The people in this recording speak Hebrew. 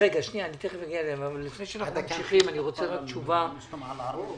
לפני שאנחנו ממשיכים, אני רוצה תשובה.